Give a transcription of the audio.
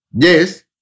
Yes